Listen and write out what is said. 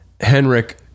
Henrik